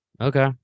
Okay